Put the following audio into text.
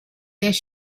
this